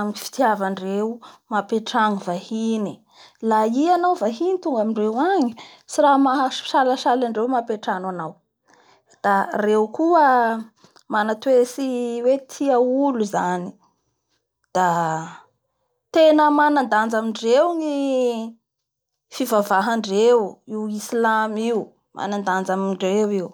amfitiavandreo mampiatrango vahiny a i anao vahiny tonga amindreo agny tsy raha maha-mampisalasala andreo mampiantrano anao da reo koa mana toetsy hoe tia olo zany. Da tena manandanja amindreo ny fivavavahandreo io islame io, manandanja amindreo io.